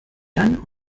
dann